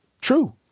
true